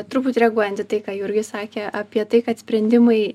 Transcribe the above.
truputį reaguojant į tai ką jurgis sakė apie tai kad sprendimai